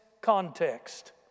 context